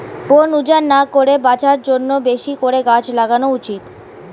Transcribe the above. বন উজাড় না করে বাঁচার জন্যে বেশি করে গাছ লাগানো উচিত